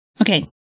Okay